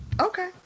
Okay